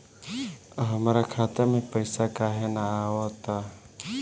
हमरा खाता में पइसा काहे ना आव ता?